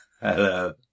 Hello